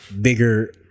bigger